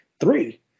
three